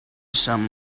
some